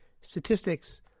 statistics